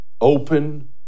Open